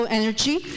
energy